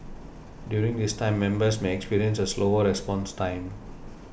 during this time members may experience a slower response time